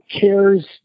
cares